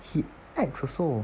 he acts also